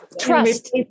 trust